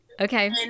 Okay